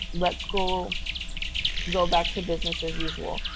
let school go back to business as usual.